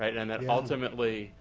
and that ultimately,